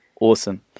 Awesome